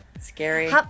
Scary